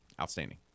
Outstanding